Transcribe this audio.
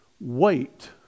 Wait